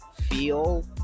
feel